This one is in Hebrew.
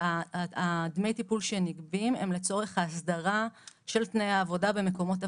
דמי הטיפול שנגבים הם לצורך ההסדרה של תנאי עבודה במקומות עבודה.